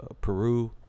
Peru